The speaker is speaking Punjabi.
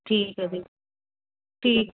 ਠੀਕ ਐ ਜੀ ਠੀਕ